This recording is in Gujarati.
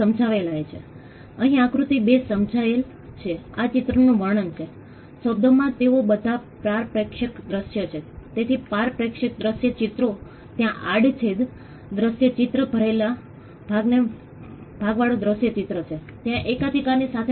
પરંતુ આ માપદંડો કાં તો પ્રક્રિયા અથવા પરિણામ આધારિત સંશોધનકારો પ્રોજેક્ટ સગવડતાઓ સ્થાનિક સરકાર NGO દ્વારા વિકસિત